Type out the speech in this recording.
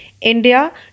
India